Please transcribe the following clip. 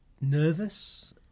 nervous